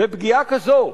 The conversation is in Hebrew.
ופגיעה כזו,